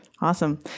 Awesome